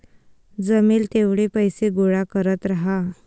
जमेल तेवढे पैसे गोळा करत राहा